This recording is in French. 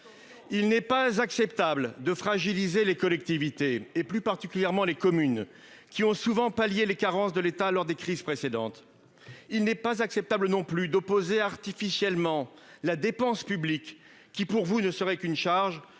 Il n'est pas acceptable de fragiliser les collectivités, plus particulièrement les communes, qui ont souvent pallié les carences de l'État lors des crises précédentes. Il n'est pas acceptable non plus d'opposer artificiellement la dépense publique, qui pour vous ne serait qu'une charge,